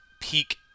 peak